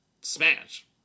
smash